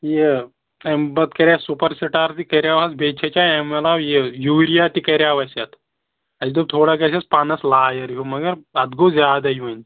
یہِ اَمہِ پَتہٕ کَریو سُپَر سِٹار تہِ کَریو اَتھ بیٚیہِ چھَچے اَمہِ عَلاوٕ یہِ یوٗریا تہِ کَریو اَسہِ اَتھ اَسہِ دوٚپ تھوڑا گژھٮ۪س پَنَس لایَر ہیوٗ مگر اَتھ گوٚو زیادَے وۄنۍ